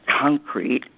concrete